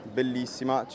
bellissima